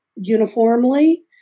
uniformly